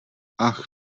ach